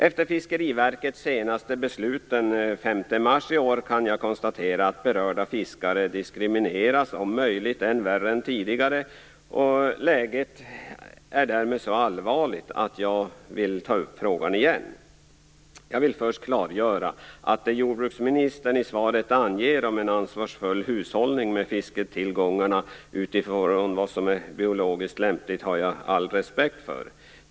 Efter Fiskeriverkets senaste beslut den 5 mars i år kan jag konstatera att berörda fiskare diskrimineras om möjligt än värre än tidigare. Läget är därmed så allvarligt att jag vill ta upp frågan igen. Jag vill först klargöra att jag har all respekt för det jordbruksministern anger i svaret om en ansvarsfull hushållning med fisketillgångarna utifrån vad som är biologiskt lämpligt.